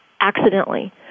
accidentally